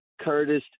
Curtis